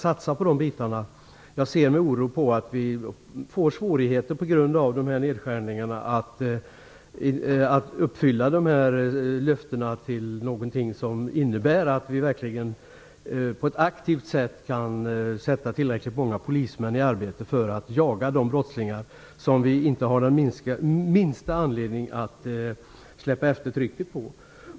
Jag är orolig för att vi på grund av dessa nedskärningar får svårigheter att infria löftena och sätta tillräckligt många polismän i arbete för att jaga de brottslingar som vi inte har minsta anledning att släppa efter trycket på.